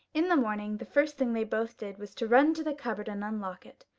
in the morning the first thing they both did was to run to the cupboard and unlock it,